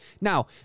Now